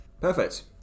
Perfect